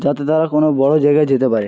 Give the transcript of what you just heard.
যাতে তারা কোনো বড় জায়গায় যেতে পারে